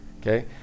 Okay